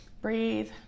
breathe